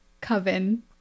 coven